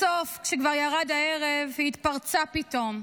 בסוף, כשכבר ירד הערב, היא התפרצה פתאום: